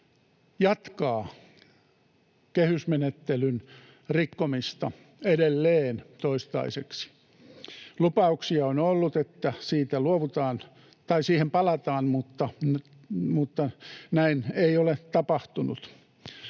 jatkaa kehysmenettelyn rikkomista edelleen, toistaiseksi. Lupauksia on ollut, että siihen palataan, mutta näin ei ole tapahtunut.